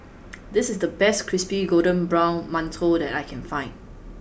this is the best crispy golden brown mantou that I can find